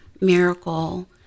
miracle